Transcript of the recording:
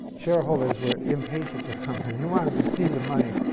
shareholders were impatient with companies. they wanted to see the money,